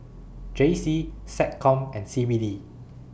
J C Seccom and C B D